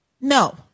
no